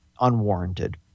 unwarranted